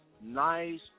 nice